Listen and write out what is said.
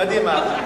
קדימה.